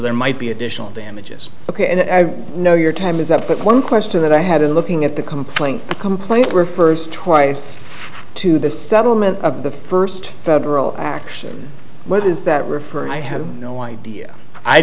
there might be additional damages ok and i know your time is up but one question that i had in looking at the complaint complaint refers twice to the settlement of the first federal action what is that refer and i have no idea i